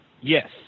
Yes